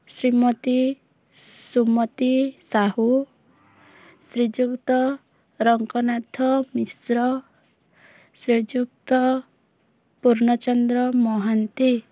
Shrimati Sumati Sahu Shriyukta Ranganath Mishra Shriyukta Purnachandra Mohanty